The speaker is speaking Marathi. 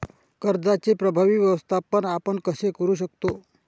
कर्जाचे प्रभावी व्यवस्थापन आपण कसे करु शकतो?